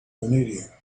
vanadium